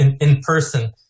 in-person